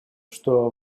что